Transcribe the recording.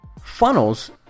funnels